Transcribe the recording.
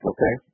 Okay